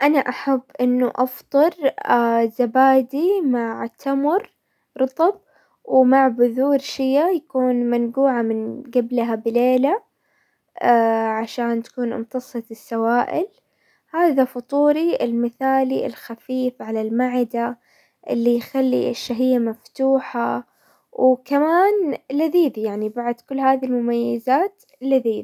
انا احب انه افطر زبادي مع التمر رطب ومع بذور شيا يكون منقوعة من قبلها بليلة عشان تكون امتصت السوائل. هذا فطوري المثالي، خفيف على المعدة، اللي يخلي الشهية مفتوحة، وكمان لذيذ يعني بعد كل هذي المميزات لذيذ.